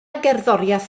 gerddoriaeth